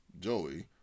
Joey